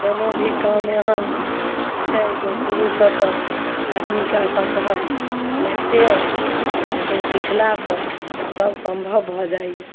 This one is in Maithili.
कोनो भी काम एहन छै जे शुरुसँ तऽ आदमीके असम्भव लागिते अछि लेकिन सिखलासँ सब सम्भव भऽ जाइ यऽ